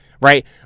right